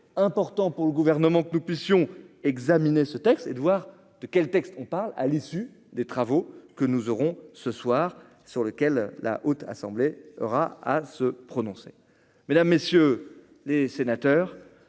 important pour le gouvernement que nous puissions examiner ce texte et de voir de quel texte on parle à l'issue des travaux que nous aurons ce soir, sur lequel la haute assemblée aura à se prononcer, mesdames, messieurs les sénateurs,